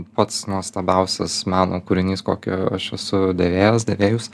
pats nuostabiausias meno kūrinys kokį aš esu dėvėjęs dėvėjus